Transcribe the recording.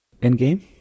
Endgame